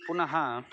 पुनः